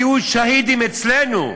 תהיו שהידים אצלנו,